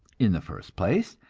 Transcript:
in the first place,